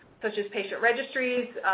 such as patient registries,